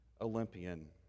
Olympian